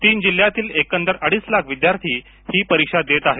तीन जिह्यातील एकंदर अडीच लाख विद्यार्थी ही परीक्षा देत आहेत